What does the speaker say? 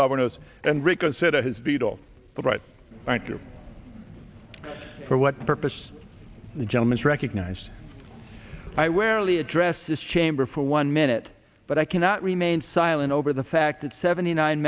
governors and reconsider his beetle but right thank you for what purpose the gentleman is recognized i rarely address this chamber for one minute but i cannot remain silent over the fact that seventy nine